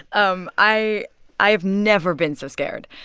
um i i have never been so scared.